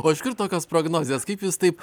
o iš kur tokios prognozės kaip jūs taip